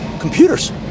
Computers